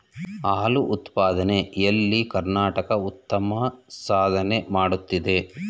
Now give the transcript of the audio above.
ಹಾಲು ಉತ್ಪಾದನೆ ಎಲ್ಲಿ ಕರ್ನಾಟಕ ಉತ್ತಮ ಸಾಧನೆ ಮಾಡುತ್ತಿದೆ